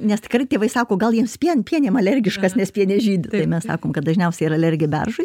nes tikrai tėvai sako gal jis pien pienėm alergiškas nes pienės žydi tai mes sakom kad dažniausiai yra alergija beržui